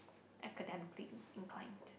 academically inclined